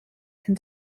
can